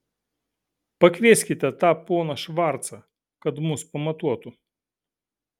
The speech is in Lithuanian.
pakvieskite tą poną švarcą kad mus pamatuotų